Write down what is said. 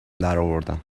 درآوردم